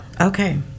Okay